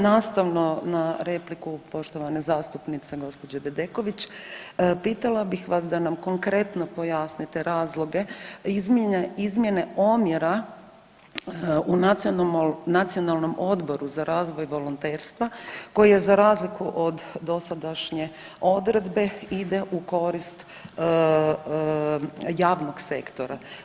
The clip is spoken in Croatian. Nastavno na repliku poštovane zastupnice gđe. Bedeković, pitala bih vas da nam konkretno pojasnite razloge izmjene omjera u Nacionalnom odboru za razvoj volonterstva koji je za razliku od dosadašnje odredbe ide u korist javnog sektora.